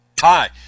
Hi